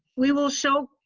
we will show,